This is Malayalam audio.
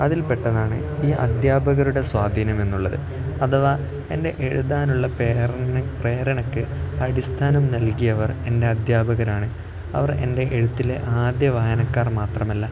അതിൽ പെട്ടതാണ് ഈ അധ്യാപകരുടെ സ്വാധീനം എന്നുള്ളത് അഥവാ എൻ്റെ എഴുതാനുള്ള പ്രേരണക്ക് അടിസ്ഥാനം നൽകിയവർ എൻ്റെ അധ്യാപകരാണ് അവർ എൻ്റെ എഴുത്തിലെ ആദ്യ വായനക്കാർ മാത്രമല്ല